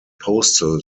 postal